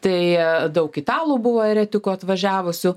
tai daug italų buvo eretikų atvažiavusių